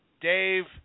Dave